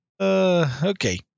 Okay